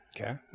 Okay